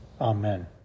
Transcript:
amen